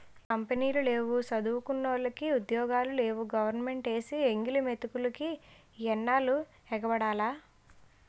కంపినీలు లేవు సదువుకున్నోలికి ఉద్యోగాలు లేవు గవరమెంటేసే ఎంగిలి మెతుకులికి ఎన్నాల్లు ఎగబడాల